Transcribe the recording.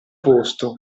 posto